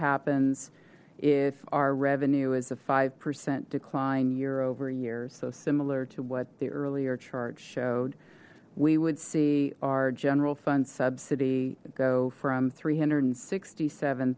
happens if our revenue is a five percent decline year over year so similar to what the earlier chart showed we would see our general fund subsidy go from three hundred and sixty seven